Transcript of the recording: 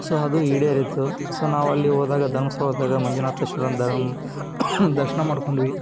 so ಅದು ಈಡೇರಿತ್ತು so ನಾವಲ್ಲಿ ಹೋದಾಗ ಧರ್ಮಸ್ಥಳದಾಗ ಮಂಜುನಾಥೇಶ್ವರನ ಧರ್ಮ ದರ್ಶನ ಮಾಡಿಕೊಂಡ್ವಿ